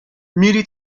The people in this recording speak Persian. میری